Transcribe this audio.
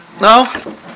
No